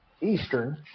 Eastern